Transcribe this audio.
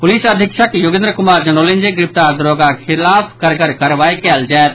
police अधीक्षक योगेन्द्र कुमार जनौलनि जे गिरफ्तार दारोगाक खिलाफ कड़गर कार्रवाई कयल जायत